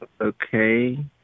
Okay